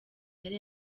yari